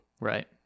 Right